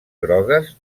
grogues